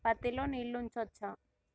పత్తి లో నీళ్లు ఉంచచ్చా?